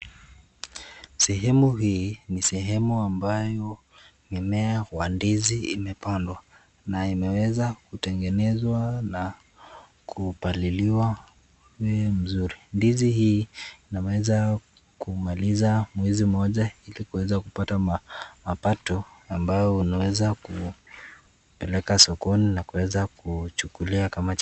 Sahemu hii ni sehemu ambayo mimea wa ndizi imepandwa na imeweza kutengenezwa na kupaliliwa mzuri. Ndizi hii inaweza kumaliza mwezi moja ili kuweza kupata mapato ambayo unaweza kupeleka sokoni na kuweza kuchukulia kama chakula.